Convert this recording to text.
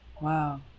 Wow